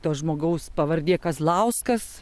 to žmogaus pavardė kazlauskas